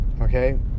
Okay